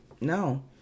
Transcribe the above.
no